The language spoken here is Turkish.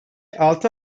altı